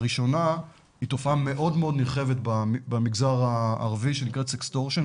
הראשונה היא תופעה מאוד מאוד נרחבת במגזר הערבי שנקראת סקסטורשן,